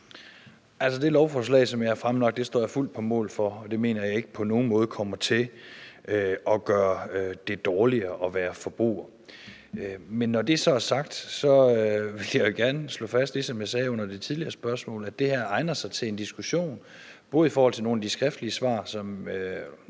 lovforslag, som jeg har fremsat, står jeg fuldt på mål for, og jeg mener ikke, at det på nogen måde kommer til at gøre det dårligere at være forbruger. Men når det så er sagt, vil jeg gerne slå det fast, som jeg svarede under det tidligere spørgsmål, nemlig at det her egner sig til en diskussion. Det gælder i forhold til nogle af de skriftlige spørgsmål,